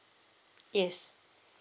yes